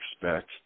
expect